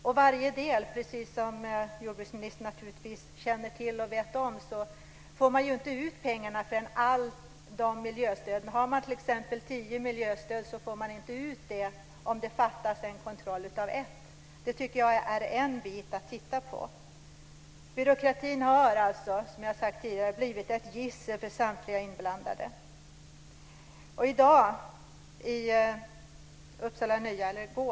Och precis som jordbruksministern naturligtvis känner till får man inte ut miljöstöden förrän allt är klart. Har man t.ex. tio miljöstöd får man inte ut dem om det fattas en kontroll av ett. Det tycker jag är en bit att titta på. Byråkratin har alltså blivit ett gissel för samtliga inblandade, som jag har sagt förut.